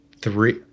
Three